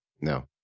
No